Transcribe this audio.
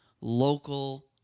local